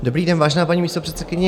Dobrý den, vážená paní místopředsedkyně.